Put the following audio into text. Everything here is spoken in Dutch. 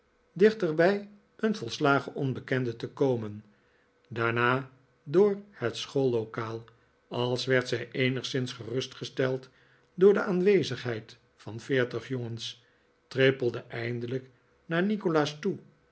bij een volslagen onbekende te komen daarna door het schoollokaal als werd zij eenigszins gerustgesteld door de aanwezigheid van veertig jongens trippelde eindelijk naar nikolaas toe